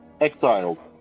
Exiled